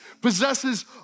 possesses